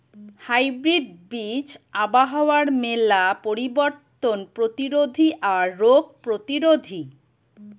hybrid বীজ আবহাওয়ার মেলা পরিবর্তন প্রতিরোধী আর রোগ প্রতিরোধী